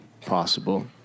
possible